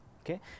Okay